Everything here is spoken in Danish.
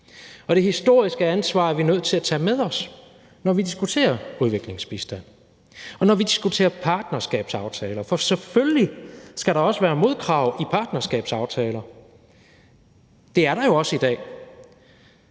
Det historiske ansvar er vi nødt til at tage med os, når vi diskuterer udviklingsbistand, og når vi diskuterer partnerskabsaftaler, for selvfølgelig skal der også være modkrav i partnerskabsaftaler. Det er der jo også i dag